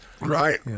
Right